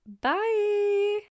Bye